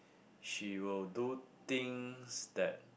she will do things that